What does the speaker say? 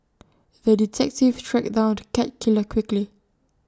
the detective tracked down the cat killer quickly